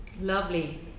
lovely